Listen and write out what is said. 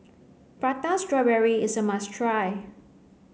prata strawberry is a must try